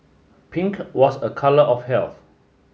pink was a colour of health